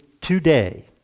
today